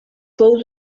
fou